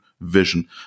vision